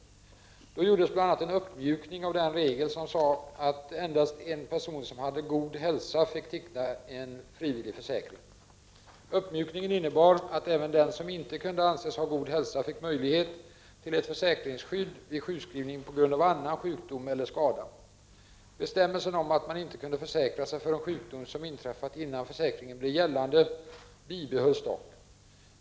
Då gjordes bl.a. en uppmjukning av den regel som sade att endast en person som hade god hälsa fick teckna en frivillig försäkring. Uppmjukningen innebar att även den som inte kunde anses ha god hälsa fick möjlighet till ett försäkringsskydd vid sjukskrivning på grund av annan sjukdom eller skada. Bestämmelsen om att man inte kunde försäkra sig för en sjukdom som inträffat innan försäkringen blev gällande bibehölls dock.